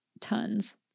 tons